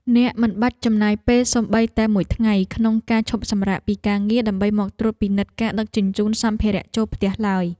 អ្នកមិនបាច់ចំណាយពេលសូម្បីតែមួយថ្ងៃក្នុងការឈប់សម្រាកពីការងារដើម្បីមកត្រួតពិនិត្យការដឹកជញ្ជូនសម្ភារៈចូលផ្ទះឡើយ។